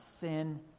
sin